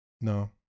No